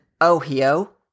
Ohio